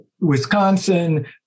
Wisconsin